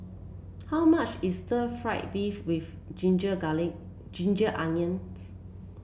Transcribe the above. how much is stir fry beef with ginger Ginger Onions